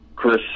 Chris